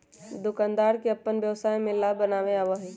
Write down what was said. दुकानदार के अपन व्यवसाय में लाभ बनावे आवा हई